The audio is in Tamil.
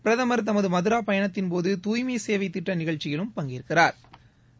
பிரதமர் தமது மதுரா பயணத்தின்போது தூய்மை சேவை திட்ட நிகழ்ச்சியிலும் பங்கேற்கிறாா்